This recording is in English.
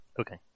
Okay